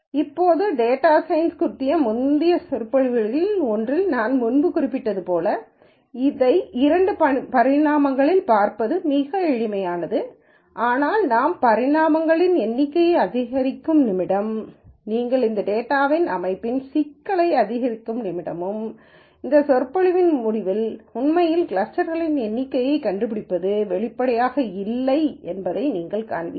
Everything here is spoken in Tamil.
இப்போது டேட்டா சயின்ஸ் குறித்த முந்தைய சொற்பொழிவுகளில் ஒன்றில் நான் முன்பு குறிப்பிட்டது போல இதை இரண்டு பரிமாணங்களில் பார்ப்பது மிகவும் எளிதானது ஆனால் நாம் பரிமாணங்களின் எண்ணிக்கையை அதிகரிக்கும் நிமிடம் நீங்கள் டேட்டாவின் அமைப்பின் சிக்கலை அதிகரிக்கும் நிமிடமும் இந்த சொற்பொழிவின் முடிவில் உண்மையில் கிளஸ்டர்களின் எண்ணிக்கையும் கண்டுபிடிப்பது வெளிப்படையாக இல்லை என்பதை நீங்கள் காண்பீர்கள்